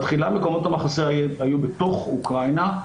בתחילה מקומות המחסה היו בתוך אוקראינה.